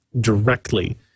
directly